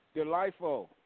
Delightful